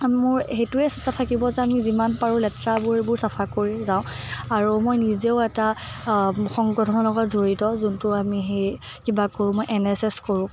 মোৰ সেইটোৱে ইচ্ছা থাকিব যে আমি যিমান পাৰোঁ লেতেৰাবোৰ এইবোৰ চাফা কৰি যাওঁ আৰু মই নিজেও এটা সংগঠনৰ লগত জড়িত যোনটো আমি হেই কিবা কৰোঁ এন এছ এছ কৰোঁ